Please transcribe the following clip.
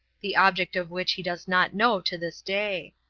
the object of which he does not know to this day.